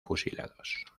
fusilados